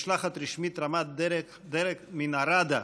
משלחת רשמית רמת-דרג מן הראדה,